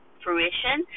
fruition